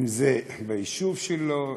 אם זה ביישוב שלו,